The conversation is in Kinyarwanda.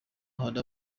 hari